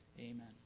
Amen